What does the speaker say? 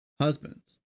husband's